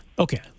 Okay